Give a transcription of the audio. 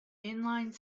inline